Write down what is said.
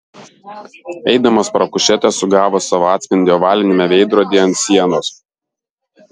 eidamas pro kušetę sugavo savo atspindį ovaliniame veidrodyje ant sienos